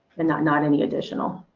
and not not any additional.